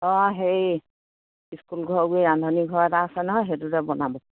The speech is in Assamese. অঁ হেৰি স্কুল ঘৰ গৈ ৰান্ধনী ঘৰ এটা আছে নহয় সেইটোতে বনাব